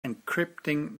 encrypting